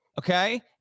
okay